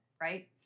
right